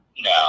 no